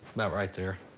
about right there.